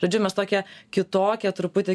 žodžiu mes tokią kitokią truputį